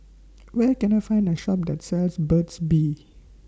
Where Can I Find A Shop that sells Burt's Bee